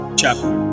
chapter